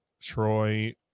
troy